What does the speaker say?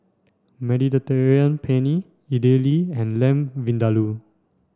Mediterranean Penne Idili and Lamb Vindaloo